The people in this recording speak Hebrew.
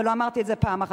ולא אמרתי את זה פעם אחת.